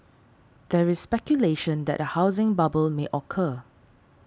there is speculation that a housing bubble may occur